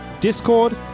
Discord